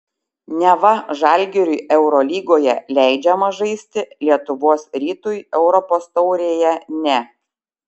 neva žalgiriui eurolygoje leidžiama žaisti lietuvos rytui europos taurėje ne